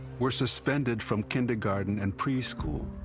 were suspended from kindergarten and preschool,